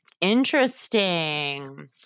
Interesting